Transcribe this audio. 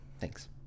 Thanks